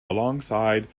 alongside